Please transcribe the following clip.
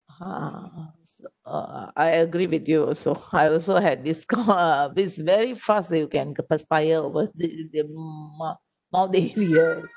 ah uh I agree with you also I also had this kind it's very fast you can perspire over the mask